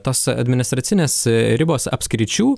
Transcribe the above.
tos administracinės ribos apskričių